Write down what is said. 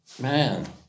man